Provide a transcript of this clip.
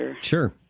Sure